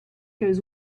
goes